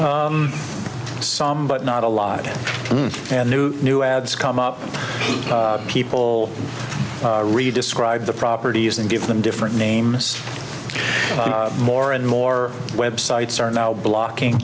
some but not a lot and new new ads come up people really describe the properties and give them different names more and more web sites are now blocking